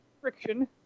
friction